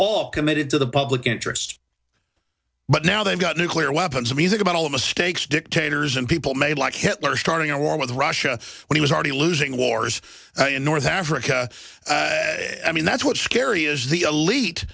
all committed to the public interest but now they've got nuclear weapons of music about all of mistakes dictators and people made like hitler starting a war with russia when he was already losing wars in north africa i mean that's what's scary is the elite